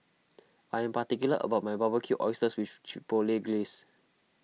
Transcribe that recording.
I am particular about my Barbecued Oysters with Chipotle Glaze